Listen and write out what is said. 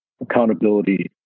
accountability